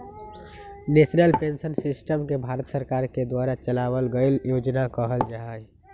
national pension system के भारत सरकार के द्वारा चलावल गइल योजना कहल जा हई